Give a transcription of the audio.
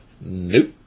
Nope